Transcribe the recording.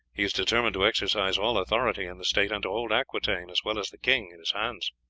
he is determined to exercise all authority in the state, and to hold aquitaine as well as the king in his hands.